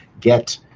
get